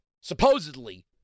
supposedly